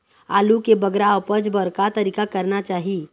आलू के बगरा उपज बर का तरीका करना चाही?